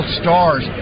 stars